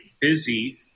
busy